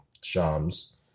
Shams